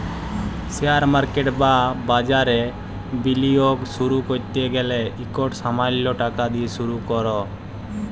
share market বা বাজারে বিলিয়গ শুরু ক্যরতে গ্যালে ইকট সামাল্য টাকা দিঁয়ে শুরু কর